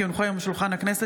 כי הונחו היום על שולחן הכנסת,